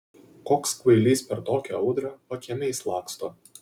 koks kvailys per tokią audrą pakiemiais laksto